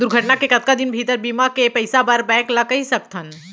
दुर्घटना के कतका दिन भीतर बीमा के पइसा बर बैंक ल कई सकथन?